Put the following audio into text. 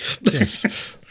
yes